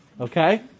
okay